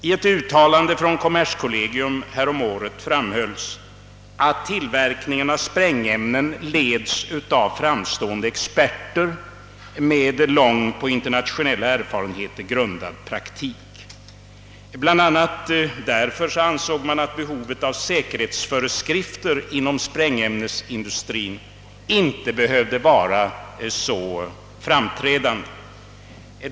I ett yttrande från kommerskollegium häromåret framhölls att tillverkningen av sprängämnen leds av framstående experter med lång, på internationella erfarenheter grundad praktik. Bl. a. därför ansåg man att behovet av säkerhetsföreskrifter inom sprängämnesindustrin inte var så framträdande.